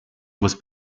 was